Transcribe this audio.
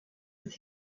with